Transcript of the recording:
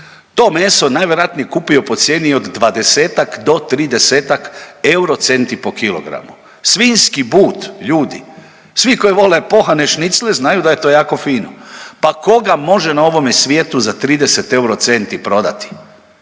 to meso najvjerojatnije kupio po cijeni od 20-ak do 30-ak euro centi po kilogramu. Svinjski but ljudi, svi koji vole pohane šnicle znaju da je to jako fino, pa tko ga može na ovome svijetu za 30 euro centi prodati.